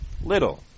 little